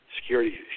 Security